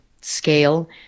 scale